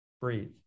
breathe